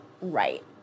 right